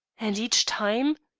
and each time?